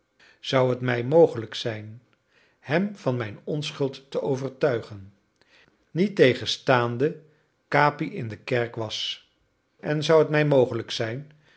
zou het mij mogelijk zijn hem van mijn onschuld te overtuigen niettegenstaande capi in de kerk was en zou het mij mogelijk zijn